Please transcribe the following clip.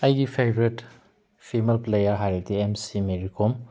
ꯑꯩꯒꯤ favourite female player ꯍꯥꯏꯔꯗꯤ M C Mary Kom